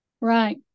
Right